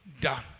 done